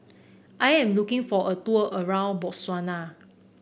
I am looking for a tour around Botswana